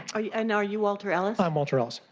ah yeah and are you walter ellis? i'm walter ellis.